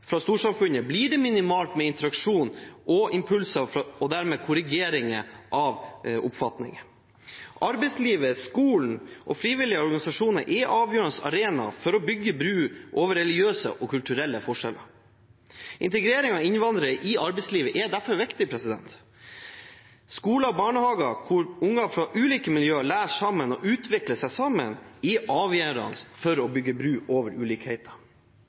fra storsamfunnet, blir det minimalt med interaksjon og impulser og dermed korrigeringer av oppfatninger. Arbeidslivet, skolen og frivillige organisasjoner er avgjørende arenaer for å bygge bro over religiøse og kulturelle forskjeller. Integrering av innvandrere i arbeidslivet er derfor viktig. Skoler og barnehager der barn fra ulike miljøer lærer sammen og utvikler seg sammen, er avgjørende for å bygge bro over ulikheter.